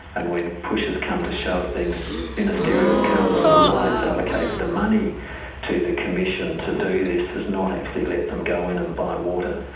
and when push has come to shove, then ministerial council, why it's allocated the money to the commission to do this, has not actually let them go in and buy water,